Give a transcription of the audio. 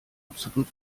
absolut